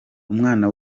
umwana